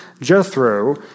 Jethro